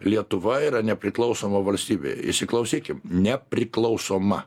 lietuva yra nepriklausoma valstybė įsiklausykim nepriklausoma